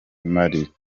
mali